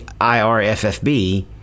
IRFFB